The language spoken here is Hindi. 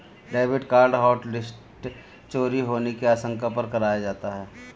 डेबिट कार्ड हॉटलिस्ट चोरी होने की आशंका पर कराया जाता है